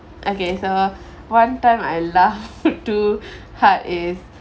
okay so one time I laugh too hard is